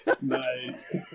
Nice